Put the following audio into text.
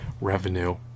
revenue